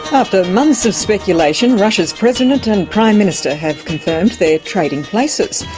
after months of speculation, russia's president and prime minister have confirmed they're trading places.